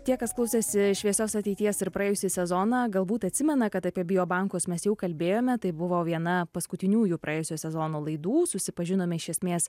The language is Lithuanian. tie kas klausėsi šviesios ateities ir praėjusį sezoną galbūt atsimena kad apie biobankus mes jau kalbėjome tai buvo viena paskutiniųjų praėjusio sezono laidų susipažinome iš esmės